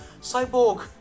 Cyborg